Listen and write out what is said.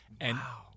Wow